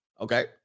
Okay